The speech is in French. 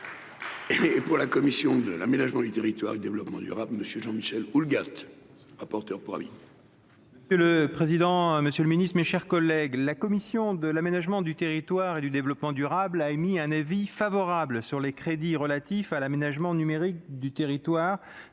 Et pour la commission de l'aménagement du territoire, le développement durable, monsieur Jean-Michel Houllegatte, rapporteur pour avis. Que le président, Monsieur le Ministre, mes chers collègues, la commission de l'aménagement du territoire et du développement durable, a émis un avis favorable sur les crédits relatifs à l'aménagement numérique du territoire